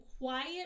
quiet